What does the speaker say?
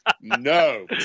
no